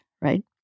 right